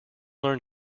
learn